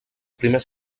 primers